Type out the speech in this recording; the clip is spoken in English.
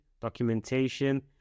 documentation